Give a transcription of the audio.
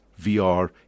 VR